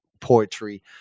poetry